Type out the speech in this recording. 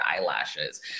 eyelashes